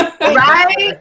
Right